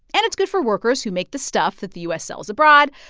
and it's good for workers who make the stuff that the u s. sells abroad.